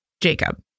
Jacob